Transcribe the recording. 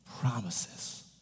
promises